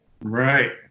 Right